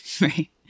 Right